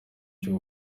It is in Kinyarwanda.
cy’u